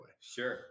Sure